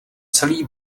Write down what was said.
celý